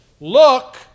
look